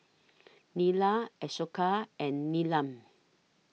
Neila Ashoka and Neelam